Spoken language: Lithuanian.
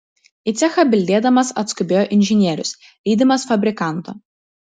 į cechą bildėdamas atskubėjo inžinierius lydimas fabrikanto